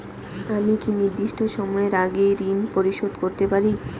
আমি কি নির্দিষ্ট সময়ের আগেই ঋন পরিশোধ করতে পারি?